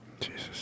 Jesus